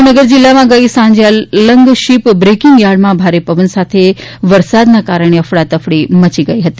ભાવનગર જિલ્લામાં ગઈ સાંજે અલંગ શિપ બ્રેકિંગ યાર્ડમાં ભારે પવન સાથે વરસાદના કારણે અફડાતફડી મચી ગઈ ફતી